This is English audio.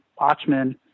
Watchmen